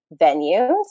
venues